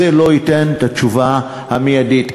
וזה לא ייתן את התשובה המיידית.